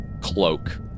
cloak